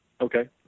Okay